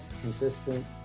consistent